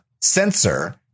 sensor